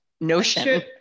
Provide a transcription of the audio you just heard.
notion